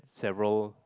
several